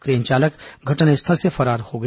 crane चालक घटनास्थल से फरार हो गया